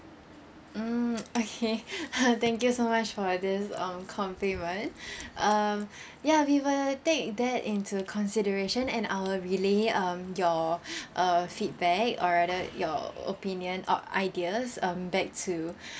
mm okay thank you so much for this um compliment um ya we will take that into consideration and I'll relay um your uh feedback or rather your opinion or ideas um back to